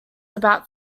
about